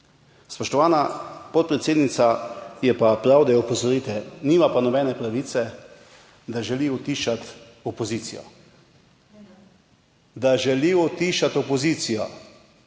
Spoštovana podpredsednica, je pa prav, da jo opozorite, nima pa nobene pravice, da želi utišati opozicijo, da želi utišati opozicijo.